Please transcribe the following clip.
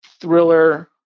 thriller